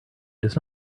does